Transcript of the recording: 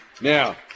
Now